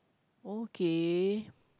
okay